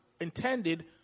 intended